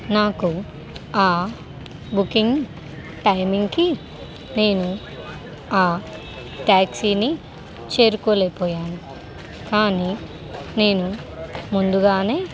నాకు ఆ బుకింగ్ టైమింగ్కి నేను ఆ ట్యాక్సీని చేరుకోలేకపోయాను కానీ నేను ముందుగానే